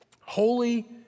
Holy